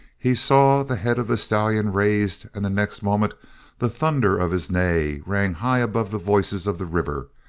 he saw the head of the stallion raised, and the next moment the thunder of his neigh rang high above the voices of the river,